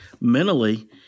mentally